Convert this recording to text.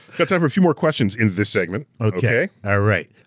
got time for a few more questions in this segment, okay? alright,